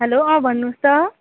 hello अँ भन्नुहोस् त